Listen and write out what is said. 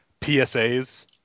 PSAs